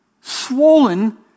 swollen